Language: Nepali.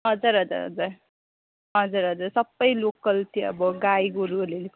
हजुर हजुर हजुर हजुर हजुर सबै लोकल त्यो अब गाई गोरुहरूले